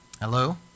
hello